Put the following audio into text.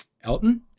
Elton